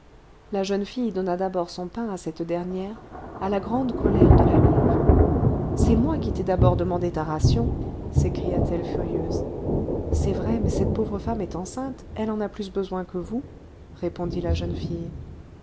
la jeune fille donna d'abord son pain à cette dernière à la grande colère de la louve c'est moi qui t'ai d'abord demandé ta ration s'écria-t-elle furieuse c'est vrai mais cette pauvre femme est enceinte elle en a plus besoin que vous répondit la jeune fille